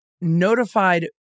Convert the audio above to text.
notified